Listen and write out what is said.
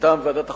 מטעם ועדת החוקה,